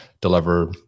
deliver